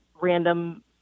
random